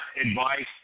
advice